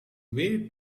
way